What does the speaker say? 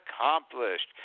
accomplished